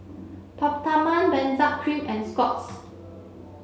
Peptamen Benzac cream and Scott's